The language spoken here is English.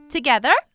Together